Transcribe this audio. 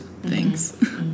Thanks